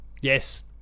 Yes